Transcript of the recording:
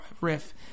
riff